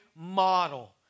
model